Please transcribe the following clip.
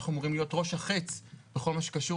אנחנו אמורים להיות ראש החץ בכל מה שקשור